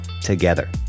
together